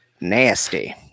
nasty